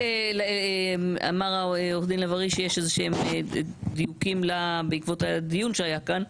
רק אמר עורך דין לב ארי שיש איזה שהם דיוקים בעקבות הדיון שהיה כאן.